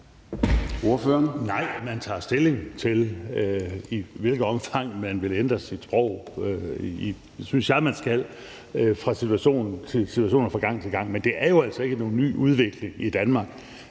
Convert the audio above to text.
(S): Nej, man tager stilling til, i hvilket omfang man vil ændre sit sprog – det synes jeg man skal – fra situation til situation og fra gang til gang. Men det er jo altså ikke nogen ny udvikling i Danmark,